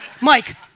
Mike